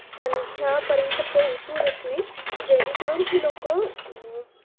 त्यांच्यापर्यंत पोहचू देत नाही जेणेकरून ही लोकं